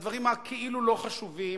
לדברים הכאילו לא חשובים,